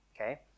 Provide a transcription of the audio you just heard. Okay